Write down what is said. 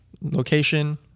Location